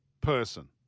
person